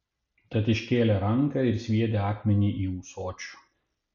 tad iškėlė ranką ir sviedė akmenį į ūsočių